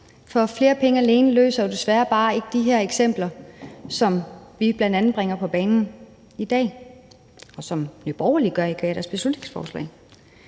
For flere penge alene løser det jo desværre bare ikke i de her eksempler, som vi bl.a. bringer på bane i dag, og som Nye Borgerlige gør qua deres beslutningsforslag.